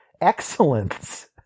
excellence